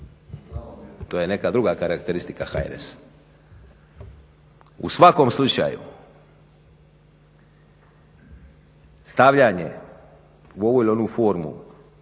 To je neka druga karakteristika HNS-a. U svakom slučaju stavljanje u ovu ili onu formu